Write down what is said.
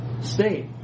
state